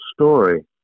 story